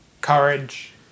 courage